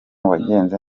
wagenze